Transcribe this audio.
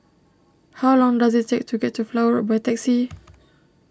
how long does it take to get to Flower Road by taxi